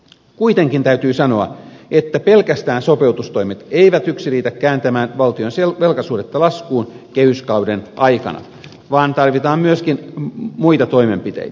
kuitenkin täytyy sanoa että pelkästään sopeutustoimet eivät yksin riitä kääntämään valtion velkasuhdetta laskuun kehyskauden aikana vaan tarvitaan myöskin muita toimenpiteitä